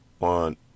on